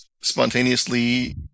spontaneously